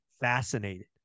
fascinated